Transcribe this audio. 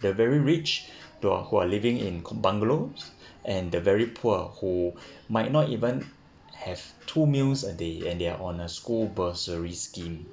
the very rich to who are living in bungalows and the very poor who might not even have two meals a day and they are on a school bursary scheme